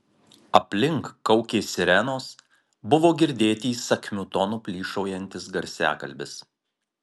aplink kaukė sirenos buvo girdėti įsakmiu tonu plyšaujantis garsiakalbis